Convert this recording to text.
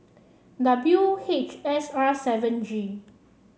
W H S R seven G